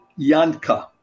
Yanka